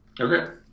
Okay